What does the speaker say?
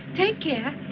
take care.